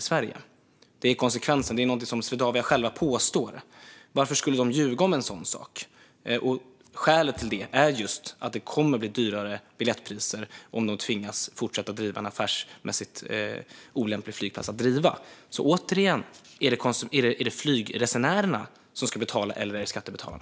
Detta är konsekvensen; det är någonting som Swedavia själva påstår. Varför skulle de ljuga om en sådan sak? Skälet till detta är just att biljettpriserna kommer att bli högre om de tvingas att fortsätta driva en flygplats som affärsmässigt är olämplig att driva. Återigen: Är det flygresenärerna som ska betala, eller är det skattebetalarna?